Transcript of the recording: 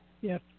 Yes